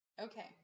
Okay